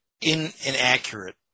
inaccurate